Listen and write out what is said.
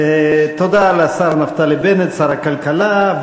תודה לשר נפתלי בנט, שר הכלכלה.